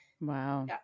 Wow